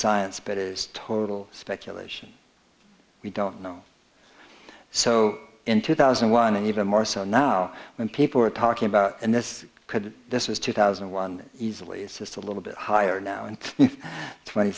science but is total speculation we don't know so in two thousand and one and even more so now when people are talking about and this could this was two thousand and one easily it's just a little bit higher now and twenty